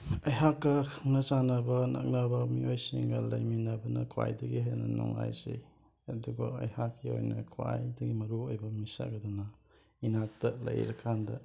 ꯑꯩꯍꯥꯛꯀ ꯈꯪꯅ ꯆꯥꯟꯅꯕ ꯅꯛꯅꯕ ꯃꯤꯑꯣꯏꯁꯤꯡꯒ ꯂꯥꯃꯤꯟꯅꯕꯅ ꯈ꯭ꯋꯥꯏꯗꯒꯤ ꯍꯦꯟꯅ ꯅꯨꯡꯉꯥꯏꯖꯩ ꯑꯗꯨꯕꯨ ꯑꯩꯍꯥꯛꯀꯤ ꯑꯣꯏꯅ ꯈ꯭ꯋꯥꯏꯗꯒꯤ ꯃꯔꯨꯑꯣꯏꯕ ꯃꯤꯁꯛ ꯑꯗꯨꯅ ꯏꯅꯥꯛꯇ ꯂꯩꯔꯀꯥꯟꯗ